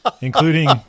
including